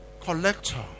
collector